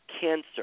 cancer